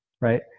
right